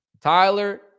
Tyler